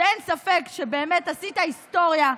שאין ספק שבאמת עשית היסטוריה,